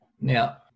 Now